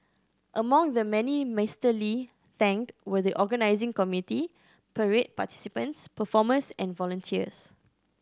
among the many Mister Lee thanked were the organising committee parade participants performers and volunteers